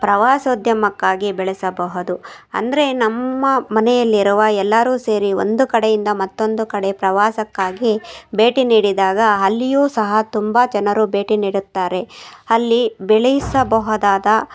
ಪ್ರವಾಸೋದ್ಯಮಕ್ಕಾಗಿ ಬೆಳೆಸಬಹುದು ಅಂದರೆ ನಮ್ಮ ಮನೆಯಲ್ಲಿರುವ ಎಲ್ಲರೂ ಸೇರಿ ಒಂದು ಕಡೆಯಿಂದ ಮತ್ತೊಂದು ಕಡೆ ಪ್ರವಾಸಕ್ಕಾಗಿ ಭೇಟಿ ನೀಡಿದಾಗ ಅಲ್ಲಿಯೂ ಸಹ ತುಂಬ ಜನರು ಭೇಟಿ ನೀಡುತ್ತಾರೆ ಅಲ್ಲಿ ಬೆಳೆಸಬಹದಾದ